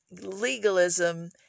legalism